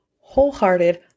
wholehearted